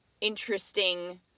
interesting